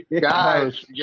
Guys